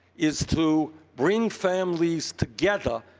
is to bring families together,